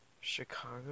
chicago